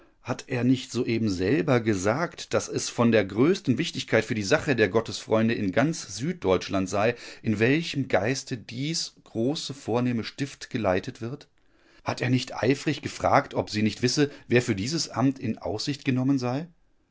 hat er nicht soeben selber gesagt daß es von der größten wichtigkeit für die sache der gottesfreunde in ganz süddeutschland sei in welchem geiste dies große vornehme stift geleitet wird hat er nicht eifrig gefragt ob sie nicht wisse wer für dieses amt in aussicht genommen sei